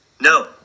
No